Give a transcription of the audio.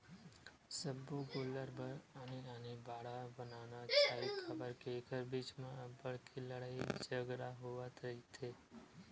सब्बो गोल्लर बर आने आने बाड़ा बनाना चाही काबर के एखर बीच म अब्बड़ के लड़ई झगरा होवत रहिथे